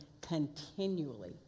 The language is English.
continually